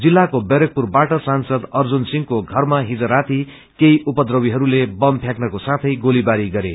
जिल्लाको बैरकपुर बाट सांसद अर्जुन सिंहको घरमा हिज राती केही उपद्रवीहरूले बम फ्याकनको साथै गोलीबारी गरे